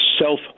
self